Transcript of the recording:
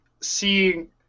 seeing